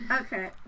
Okay